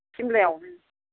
सिमलायाव